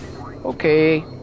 Okay